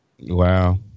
Wow